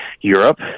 Europe